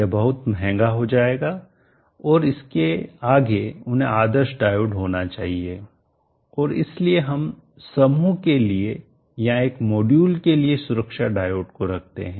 यह बहुत महंगा हो जाएगा और इसके आगे उन्हें आदर्श डायोड होना चाहिए और इसलिए हम समूह के लिए या एक मॉड्यूल के लिए सुरक्षा डायोड को रखते हैं